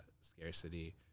scarcity